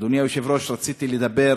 אדוני היושב-ראש, רציתי לדבר